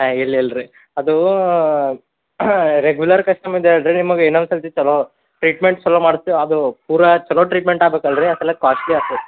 ಹಾಂ ಇಲ್ಲ ಇಲ್ಲ ರಿ ಅದು ರೆಗುಲರ್ ಕಸ್ಟಮರ್ ಅಲ್ಲ ರಿ ನಿಮಗೆ ಇನ್ನೊಂದು ಸರ್ತಿ ಚಲೋ ಟ್ರೀಟ್ಮೆಂಟ್ ಚಲೋ ಮಾಡಿಸ್ತೀವಿ ಅದು ಪೂರಾ ಚಲೋ ಟ್ರೀಟ್ಮೆಂಟ್ ಆಗ್ಬೇಕಲ್ಲ ರೀ ಆ ಸಲಕ್ ಕಾಶ್ಟ್ಲಿ ಆಗ್ತೈತೆ